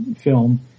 film